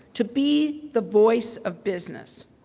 to be the voice of business,